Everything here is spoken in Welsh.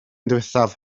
ddiwethaf